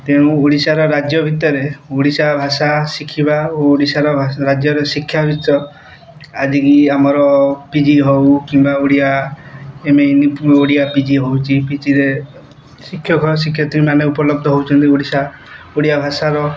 ତେଣୁ ଓଡ଼ିଶାର ରାଜ୍ୟ ଭିତରେ ଓଡ଼ିଶା ଭାଷା ଶିଖିବା ଓଡ଼ିଶାର ରାଜ୍ୟର ଶିକ୍ଷାଭିତ୍ତ ଆଜିକି ଆମର ପି ଜି ହଉ କିମ୍ବା ଓଡ଼ିଆ ଏମିତି ଓଡ଼ିଆ ପି ଜି ହଉଛି ପିଜିରେ ଶିକ୍ଷକ ଶିକ୍ଷୟିତ୍ରୀମାନେ ଉପଲବ୍ଧ ହଉଛନ୍ତି ଓଡ଼ିଶା ଓଡ଼ିଆ ଭାଷାର